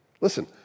Listen